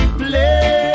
play